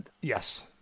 Yes